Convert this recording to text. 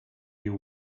you